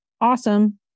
Awesome